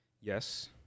yes